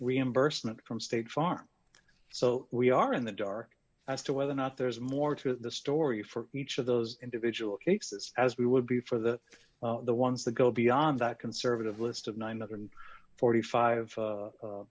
reimbursement from state farm so we are in the dark as to whether or not there's more to the story for each of those individual cases as we would be for the the ones that go beyond that conservative list of nine other and forty five